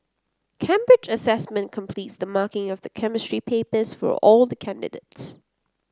Cambridge Assessment completes the marking of the Chemistry papers for all the candidates